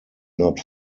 not